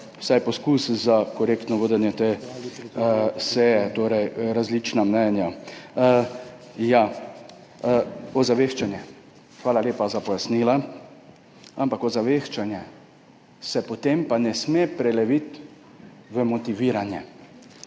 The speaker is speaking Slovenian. vsaj poskus korektnega vodenja te seje, torej [imamo] različna mnenja. Ja, ozaveščanje. Hvala lepa za pojasnila, ampak ozaveščanje se potem pa ne sme preleviti v motiviranje.